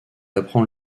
apprend